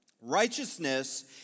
Righteousness